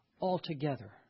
altogether